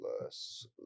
plus